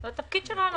זה התפקיד שלנו.